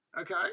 okay